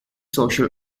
social